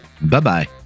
Bye-bye